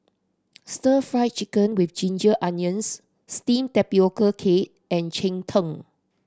Stir Fry Chicken with ginger onions steamed tapioca cake and cheng tng